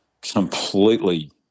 completely